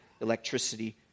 electricity